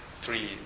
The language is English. three